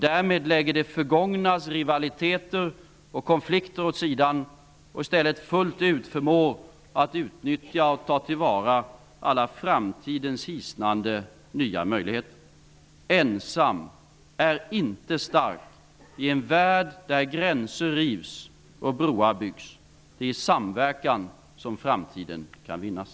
Därmed lägger man det förgångnas rivaliteter och konflikter åt sidan och förmår i stället fullt ut att utnyttja och ta till vara alla framtidens hisnande nya möjligheter. Ensam är inte stark i en värld där gränser rivs och broar byggs. Det är i samverkan som framtiden kan vinnas.